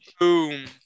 Boom